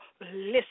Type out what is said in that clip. listen